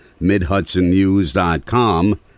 MidHudsonNews.com